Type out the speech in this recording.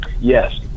Yes